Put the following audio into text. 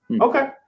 Okay